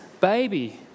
baby